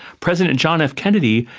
president john f kennedy,